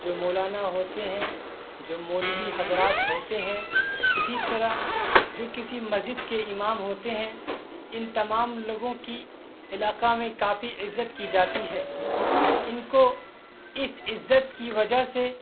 جو مولانا ہوتے ہیں جو مولوی حضرات ہوتے ہیں اسی طرح جو کسی مسجد کے امام ہوتے ہیں ان تمام لوگوں کی علاقہ میں کافی عزت کی جاتی ہے ان کو اس عزت کی وجہ سے